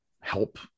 help